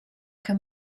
can